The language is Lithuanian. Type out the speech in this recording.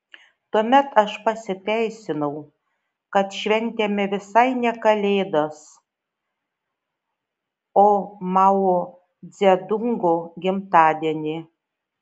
tuomet aš pasiteisinau kad šventėme visai ne kalėdas o mao dzedungo gimtadienį